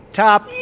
top